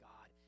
God